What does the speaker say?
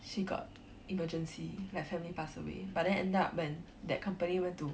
she got emergency like family pass away but then end up when that company went to